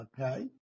okay